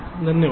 धन्यवाद